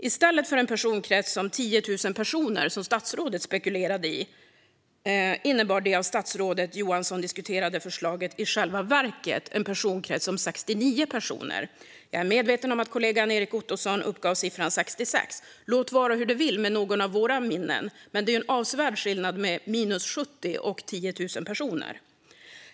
I stället för en personkrets om 10 000 personer som statsrådet spekulerade i innebar det av statsrådet Johansson diskuterade förslaget i själva verket en personkrets om 69 personer. Jag är medveten om att kollegan Erik Ottoson uppgav siffran 66. Låt det vara hur det vill med vårt minne; det är hur som helst en avsevärd skillnad på cirka 70 personer och 10 000 personer.